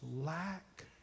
lack